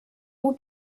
would